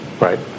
right